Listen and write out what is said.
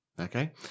Okay